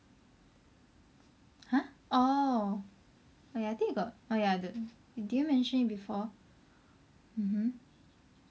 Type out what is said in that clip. !huh! orh oh ya I think you got oh ya don~ did you mention it before